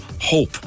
hope